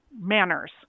manners